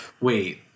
Wait